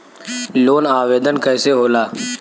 Loan आवेदन कैसे होला?